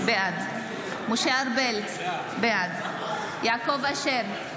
בעד משה ארבל, בעד יעקב אשר,